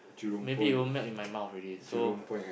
maybe it will melt in my mouth already so